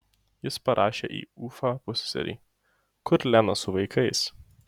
jis parašė į ufą pusseserei kur lena su vaikais